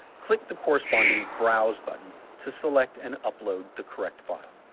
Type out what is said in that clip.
click the corresponding browse button to select and upload the correct file.